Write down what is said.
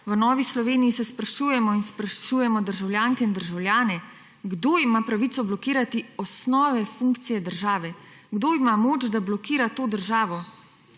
V Novi Sloveniji se sprašujemo in sprašujemo državljanke in državljane, kdo ima pravico blokirati osnove funkcije države, kdo ima moč, da blokira to državo.